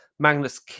Magnus